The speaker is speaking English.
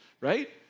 Right